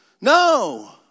No